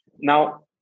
Now